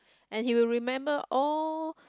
and he will remember all